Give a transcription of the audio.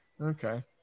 Okay